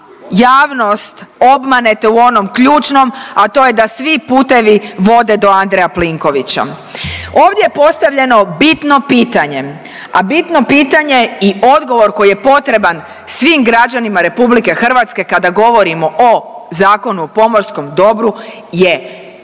javnost obmanete u onom ključnom, a to je da svi putevi vode do Andreja Plinkovića. Ovdje je postavljeno bitno pitanje, a bitno pitanje i odgovor koji je potreban svim građanima RH kada govorimo o Zakonu o pomorskom dobru je